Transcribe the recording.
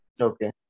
Okay